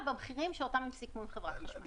במחירים שאותם השיגו עם חברת החשמל.